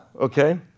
Okay